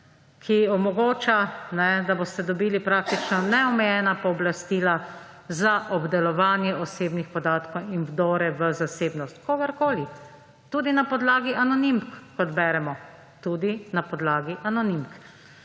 Ki omogoča, da boste dobili praktično neomejena pooblastila za obdelovanje osebnih podatkov in vdore v zasebnost kogarkoli. Tudi na podlagi anonimk, kot beremo, tudi na podlagi anonimk.